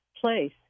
place